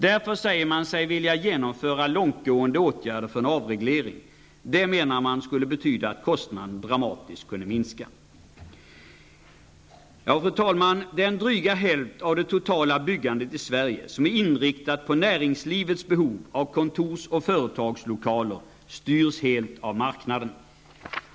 Därför säger man sig vilja genomföra långtgående åtgärder för en avreglering. Det skulle, menar man, betyda att kostnaderna dramatiskt kunde minska. Fru talman! Den dryga hälft av det totala byggandet i Sverige som är inriktat på näringslivets behov av kontors och företagslokaler styrs helt av marknaden.